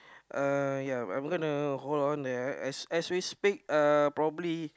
uh ya I'm gona hold on there as as we speak uh probably